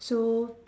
so